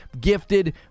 gifted